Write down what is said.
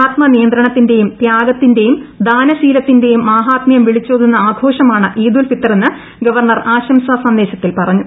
ആത്മനിയന്ത്രണത്തിന്റെയും തൃശ്ശിത്തിന്റെയും ദാനശീലത്തിന്റെയും മാഹാത്മൃം വിളിച്ചോതുന്ന ആഘോഷമാണ് ഈദുൽ ഫിത്തറെന്ന് ഗവർണർ ആശംസാ സന്ദേശ്രി്തിൽ പറഞ്ഞു